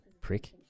Prick